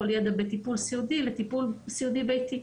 ידע בטיפול סיעודי לטיפול סיעודי ביתי.